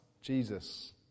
Jesus